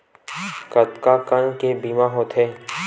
कतका कन ले बीमा होथे?